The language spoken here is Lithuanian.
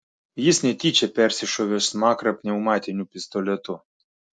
jis netyčia persišovė smakrą pneumatiniu pistoletu